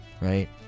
Right